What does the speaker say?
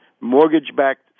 mortgage-backed